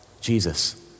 Jesus